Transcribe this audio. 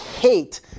hate